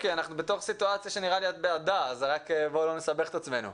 כי אנחנו בתוך סיטואציה שנראה לי שאת בעדה אז בואו לא נסבך את עצמנו.